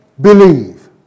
believe